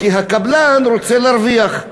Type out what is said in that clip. כי הקבלן רוצה להרוויח,